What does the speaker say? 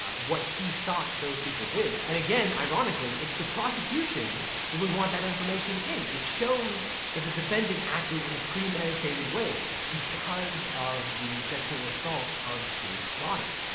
ah what he thought those people did and again, ironically, its the prosection that would want that information in. it shows that the defendant acted in a premeditated way because of the sexual assault of his daughter.